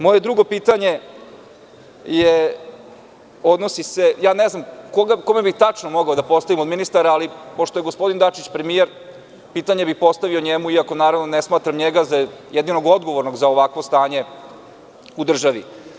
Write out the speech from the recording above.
Moje drugo pitanje ne znam kome tačno bih mogao da postavim od ministara, ali pošto je gospodin Dačić premijer, pitanje bih postavio njemu, iako naravno ne smatram njega jednog od odgovornog za ovakvo stanje u državi.